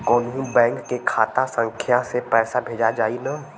कौन्हू बैंक के खाता संख्या से पैसा भेजा जाई न?